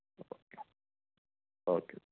okay okay